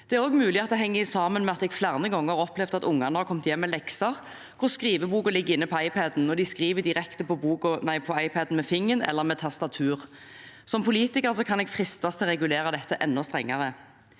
Det er også mulig det henger sammen med at jeg flere ganger har opplevd at ungene har kommet hjem med lekser hvor skriveboken ligger inne på iPad-en, og at de skriver direkte på iPad-en med fingeren eller med tastatur. Som politiker kan jeg fristes til å regulere dette enda strengere.